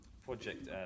Project